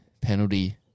penalty